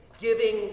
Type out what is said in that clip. giving